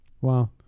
Wow